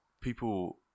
people